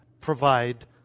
provide